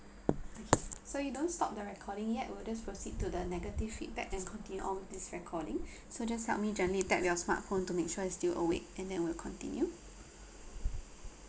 okay so you don't stop the recording yet we'll just proceed to the negative feedback and continue on this recording so just help me gently tap your smartphone to make sure it's still awake and then we'll continue